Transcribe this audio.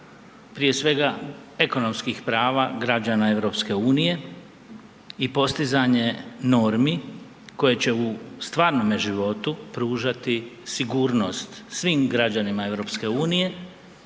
prije svega ekonomskih prava građana EU i postizanje normi koje će u stvarnome životu pružati sigurnost svim građanima EU,